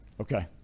Okay